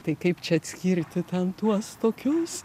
tai kaip čia atskirti ten tuos tokius